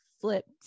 flipped